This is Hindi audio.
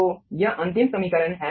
तो यह अंतिम समीकरण है